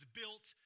built